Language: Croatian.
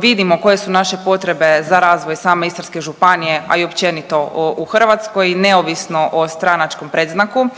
vidimo koje su naše potrebe za razvoj same Istarske županije, a i općenito u Hrvatskoj, neovisno o stranačkom predznaku.